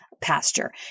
pasture